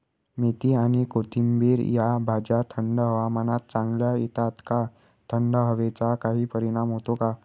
मेथी आणि कोथिंबिर या भाज्या थंड हवामानात चांगल्या येतात का? थंड हवेचा काही परिणाम होतो का?